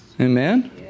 amen